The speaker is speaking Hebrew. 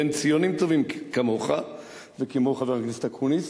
בין ציונים טובים כמוך וכמו חבר הכנסת אקוניס,